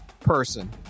person